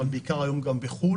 אבל בעיקר היום גם בחו"ל,